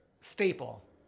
staple